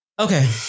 Okay